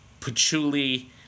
patchouli